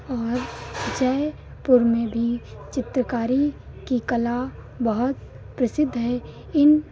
और जयपुर में भी चित्रकारी की कला बहुत प्रसिद्ध है इन